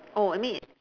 oh I mean